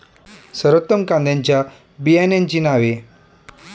सर्वोत्तम कांद्यांच्या बियाण्यांची नावे?